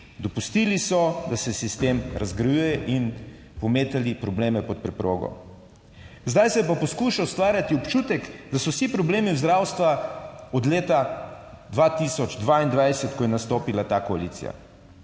Dopustili so, da se sistem razgrajuje, in pometali probleme pod preprogo. Zdaj se je pa poskušal ustvarjati občutek, da so vsi problemi v zdravstvu od leta 2022, ko je nastopila ta koalicija.